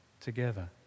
together